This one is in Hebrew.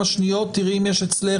הצעת